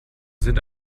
sind